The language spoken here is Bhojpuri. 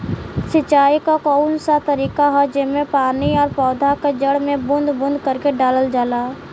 सिंचाई क कउन सा तरीका ह जेम्मे पानी और पौधा क जड़ में बूंद बूंद करके डालल जाला?